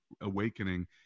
awakening